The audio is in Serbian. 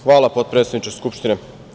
Hvala, potpredsedniče Skupštine.